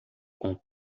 com